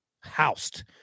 housed